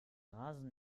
rasen